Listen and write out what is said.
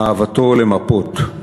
אהבתו למפות,